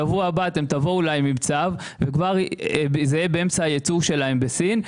ובשבוע הבא אולי אתם תבואו עם צו וזה יהיה באמצע הייצור בסין.